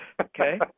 okay